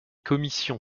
commission